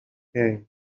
came